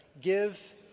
Give